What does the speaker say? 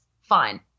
fine